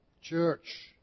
Church